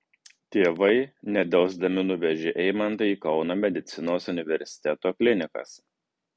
tėvai nedelsdami nuvežė eimantą į kauno medicinos universiteto klinikas